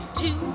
two